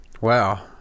Wow